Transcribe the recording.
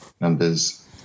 numbers